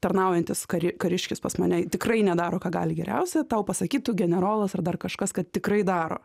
tarnaujantis kariškis pas mane tikrai nedaro ką gali geriausia tau pasakytų generolas ar dar kažkas kad tikrai daro